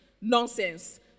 Nonsense